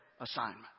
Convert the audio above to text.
assignment